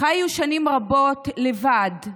חיו שנים רבות לבד,